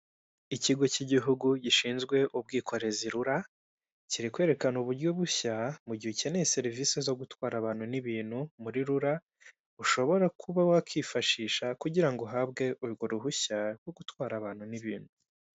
Ikigo cy'igihugu gishinzwe ubwikorezi RURA kiri kwerekana uburyo bushya mu gihe ukeneye serivisi zo gutwara abantu n'ibintu muri RURA ushobora kuba wakwifashisha kugirango ngo uhabwe urwo ruhushya rwo gutwara abantu n'ibintu .